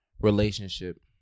relationship